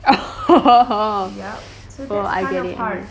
oh I get it I